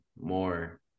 more